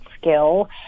skill